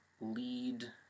lead